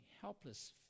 helpless